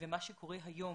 מה שקורה היום,